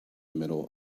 middle